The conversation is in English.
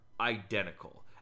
identical